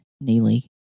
Neely